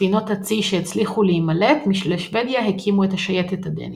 ספינות הצי שהצליחו להימלט לשוודיה הקימו את "השייטת הדנית".